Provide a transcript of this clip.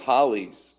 Hollies